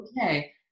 okay